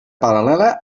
paral·lela